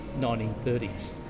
1930s